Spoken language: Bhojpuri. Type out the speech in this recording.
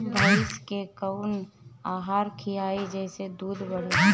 भइस के कवन आहार खिलाई जेसे दूध बढ़ी?